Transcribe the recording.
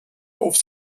auf